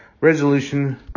resolution